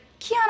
Kiana